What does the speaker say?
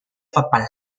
papal